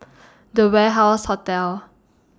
The Warehouse Hotel